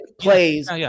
plays